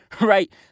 right